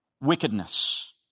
wickedness